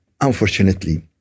unfortunately